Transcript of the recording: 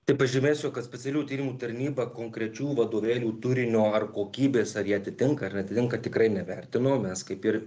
tai pažymėsiu kad specialiųjų tyrimų tarnyba konkrečių vadovėlių turinio ar kokybės ar jie atitinka ar neatitinka tikrai nevertino mes kaip ir